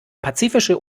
pazifische